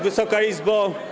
Wysoka Izbo!